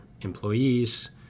employees